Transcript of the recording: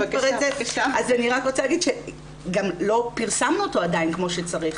רק רוצה להגיד שגם לא פרסמנו אותו עדיין כמו שצריך.